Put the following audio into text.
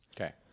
Okay